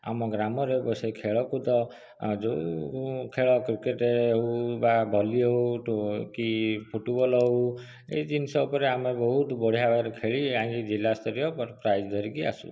ଆମ ଗ୍ରାମରେ ସେ ଖେଳକୁଦ ଯେଉଁ ଖେଳ କ୍ରିକେଟ୍ ହେଉ ବା ଭଲ୍ଲି ହେଉ କି ଫୁଟ୍ବଲ୍ ହେଉ ଏହି ଜିନିଷ ଉପରେ ଆମେ ବହୁତ ବଢ଼ିଆ ଭାବରେ ଖେଳି ଯାଇକି ଜିଲ୍ଲା ସ୍ତରୀୟ ପ୍ରାଇଜ୍ ଧରିକି ଆସୁ